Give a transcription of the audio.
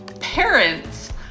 parents